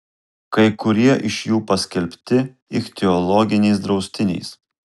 kai kurie iš jų paskelbti ichtiologiniais draustiniais